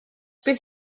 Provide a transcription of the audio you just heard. bydd